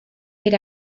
per